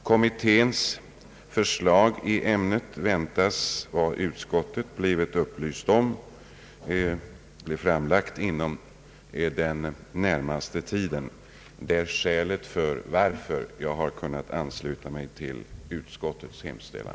Kommitténs förslag i ämnet väntas, enligt vad utskottet har blivit upplyst om, bli framlagt inom den närmaste tiden. Det är skälet till att jag har kunnat ansluta mig till utskottets hemställan.